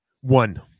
One